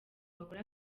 bakore